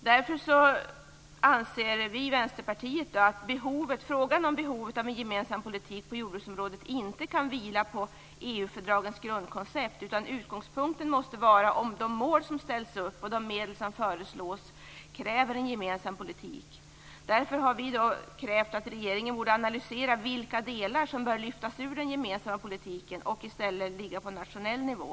Därför anser vi i Vänsterpartiet att frågan om behovet av en gemensam politik på jordbruksområdet inte kan vila på EU fördragens grundkoncept utan att utgångspunkten måste vara om de mål som ställs upp och de medel som föreslås kräver en gemensam politik. Därför har vi krävt att regeringen skall analysera vilka delar som bör lyftas ur den gemensamma politiken och i stället ligga på nationell nivå.